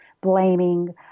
blaming